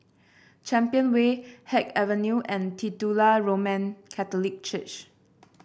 Champion Way Haig Avenue and Titular Roman Catholic Church